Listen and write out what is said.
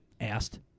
Asked